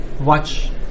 watch